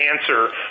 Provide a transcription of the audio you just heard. answer